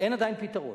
אין עדיין פתרון.